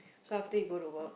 so after you go to work